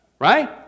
right